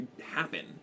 happen